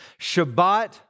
Shabbat